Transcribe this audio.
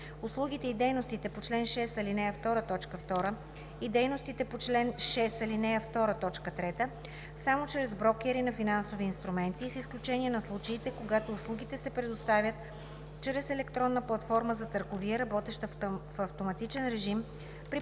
услугите и дейностите по чл. 6, ал. 2, т. 2 и дейностите по чл. 6, ал. 2, т. 3 – само чрез брокери на финансови инструменти, с изключение на случаите, когато услугите се предоставят чрез електронна платформа за търговия, работеща в автоматичен режим при